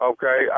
Okay